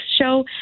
show